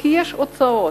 כי יש הוצאות.